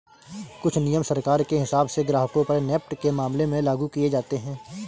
कुछ नियम सरकार के हिसाब से ग्राहकों पर नेफ्ट के मामले में लागू किये जाते हैं